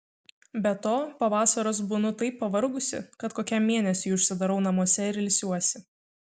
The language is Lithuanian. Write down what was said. be to po vasaros būnu taip pavargusi kad kokiam mėnesiui užsidarau namuose ir ilsiuosi